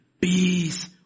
peace